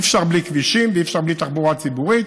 אי-אפשר בלי כבישים, ואי-אפשר בלי תחבורה ציבורית.